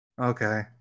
Okay